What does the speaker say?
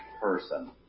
person